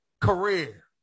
career